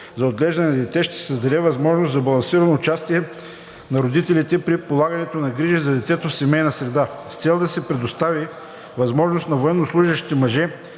за отглеждане на дете ще се създаде възможност за балансирано участие на родителите при полагането на грижи за детето в семейна среда. С цел да се предостави възможност на военнослужещите мъже